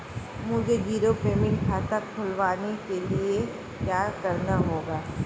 मुझे zero payment खाता खुलवाने के लिए क्या करना होगा?